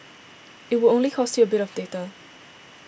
it would only cost you a bit of data